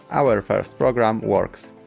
our first program works!